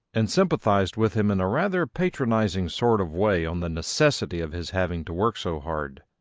and sympathised with him in a rather patronising sort of way on the necessity of his having to work so hard.